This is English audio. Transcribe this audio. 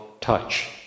touch